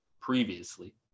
previously